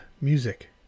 music